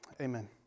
Amen